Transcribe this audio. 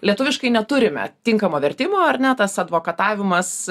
lietuviškai neturime tinkamo vertimo ar ne tas advokatavimas